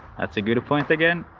that's a good point again